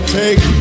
take